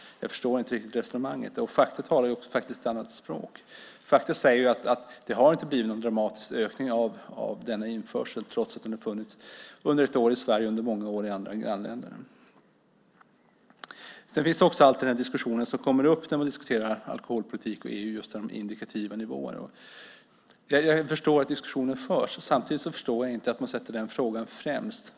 Jag förstår inte riktigt det resonemanget, och fakta talar för någonting helt annat. Fakta visar att det inte blivit någon dramatisk ökning av införseln trots att möjligheten funnits ett år i Sverige och under många år i grannländerna. Den diskussion som alltid uppstår när man diskuterar alkoholpolitik och EU gäller de indikativa nivåerna. Jag förstår att diskussionen förs. Samtidigt förstår jag inte att man sätter den frågan främst.